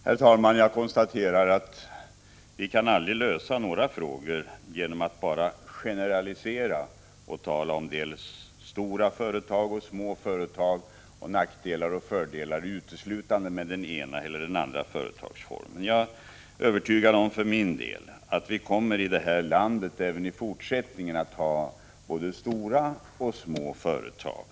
Herr talman! Jag konstaterar att vi aldrig kan lösa några frågor genom att bara generalisera och tala om dels stora företag, dels små företag, och om nackdelar och fördelar uteslutande med den ena eller med den andra företagsformen. Jag är för min del övertygad om att vi i det här landet även i fortsättningen kommer att ha både stora och små företag.